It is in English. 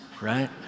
right